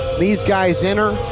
these guys enter.